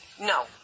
No